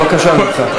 בבקשה ממך.